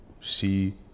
see